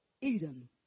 Eden